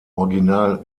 original